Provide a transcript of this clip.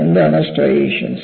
എന്താണ് സ്ട്രൈയേഷൻസ്